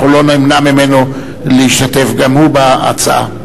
אנחנו לא נמנע ממנו להשתתף גם הוא בהצעה.